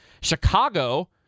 Chicago